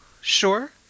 sure